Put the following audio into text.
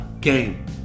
game